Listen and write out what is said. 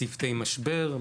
צוותי משבר,